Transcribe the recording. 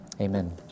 amen